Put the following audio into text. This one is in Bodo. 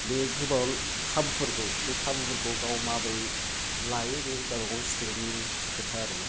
बे गोबां खाबुफोरखौ बे खाबुफोरखौ गाव माब्रै लायो बे गावबागाव स्टुदेन्टनि खोथा आरो